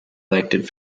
elected